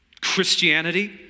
Christianity